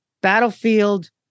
battlefield